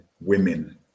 women